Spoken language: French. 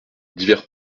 divers